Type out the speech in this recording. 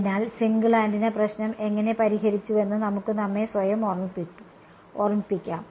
അതിനാൽ single antenna പ്രശ്നം എങ്ങനെ പരിഹരിച്ചുവെന്ന് നമുക്ക് നമ്മെ സ്വയം ഓർമ്മിപ്പിക്കാം